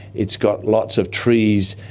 it's got lots of trees,